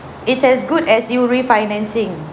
it's as good as you refinancing